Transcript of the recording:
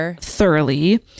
thoroughly